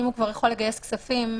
אם הוא יכול לגייס כספים-